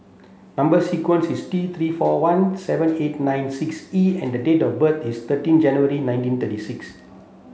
number sequence is T three four one seven eight nine six E and the date of birth is thirty January nineteen thirty six